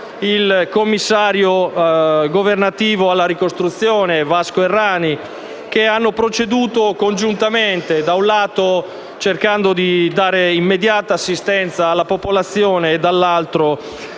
il commissario governativo alla ricostruzione, Vasco Errani, che hanno proceduto congiuntamente, cercando, da un lato, di dare immediata assistenza alla popolazione e, dall'altro,